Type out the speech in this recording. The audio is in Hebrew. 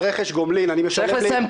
דיברתם על רכש גומלין אנחנו משלמים